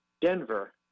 Denver